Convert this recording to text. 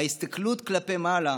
ההסתכלות כלפי מעלה,